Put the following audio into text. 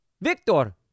Victor